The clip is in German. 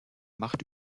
macht